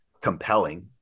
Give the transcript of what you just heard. compelling